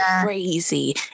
crazy